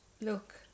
look